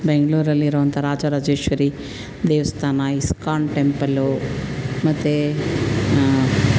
ಬೆಂಗಳೂರಲ್ಲಿರುವಂಥ ರಾಜರಾಜೇಶ್ವರಿ ದೇವಸ್ಥಾನ ISKCON temple ಮತ್ತು